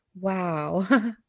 Wow